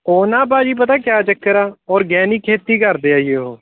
ਉਹ ਨਾ ਭਾਅ ਜੀ ਪਤਾ ਕਿਆ ਚੱਕਰ ਆ ਔਰਗੈਨਿਕ ਖੇਤੀ ਕਰਦੇ ਆ ਜੀ ਉਹ